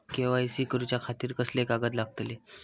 KYC करूच्या खातिर कसले कागद लागतले?